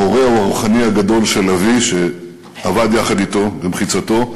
מורהו הרוחני הגדול של אבי שעבד יחד אתו, במחיצתו,